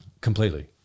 Completely